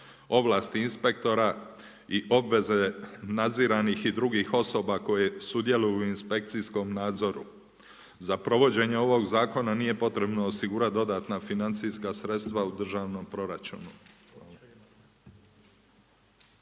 ovlasti inspektora i obveze nadziranih i drugih osoba koje sudjeluju u inspekcijskom nadzoru. Za provođenje ovog zakona nije potrebno osigurati dodatna financijska sredstva u državnom proračunu.